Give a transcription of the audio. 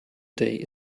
day